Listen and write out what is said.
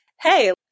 Hey